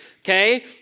okay